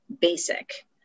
basic